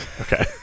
Okay